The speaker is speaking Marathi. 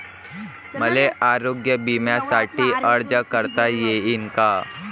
मले आरोग्य बिम्यासाठी अर्ज करता येईन का?